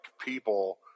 people